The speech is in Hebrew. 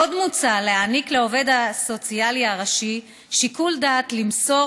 עוד מוצע להעניק לעובד הסוציאלי הראשי שיקול דעת למסור,